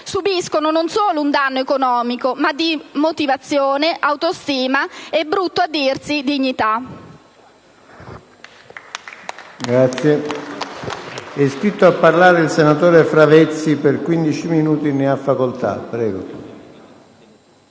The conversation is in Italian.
subiscono non solo un danno economico, ma di motivazione, autostima e - brutto a dirsi - di dignità.